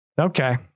Okay